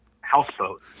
houseboat